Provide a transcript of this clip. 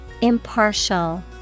Impartial